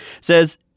says